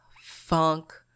funk